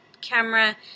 camera